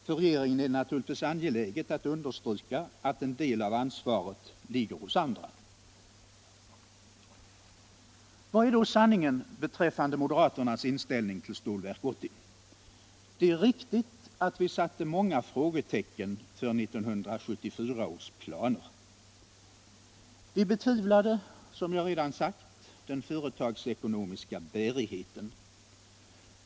För regeringen är det naturligtvis angeläget att understryka att en del av ansvaret ligger hos andra. Vad är då sanningen beträffande moderaternas inställning till Stålverk 80? Det är riktigt att vi satte många frågetecken för 1974 års planer. Vi betvivlade, som jag redan sagt, den företagsekonomiska bärigheten.